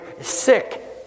sick